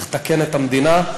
צריך לתקן את המדינה.